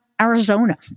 Arizona